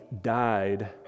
died